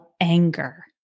anger